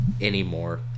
Anymore